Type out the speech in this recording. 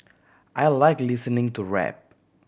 I like listening to rap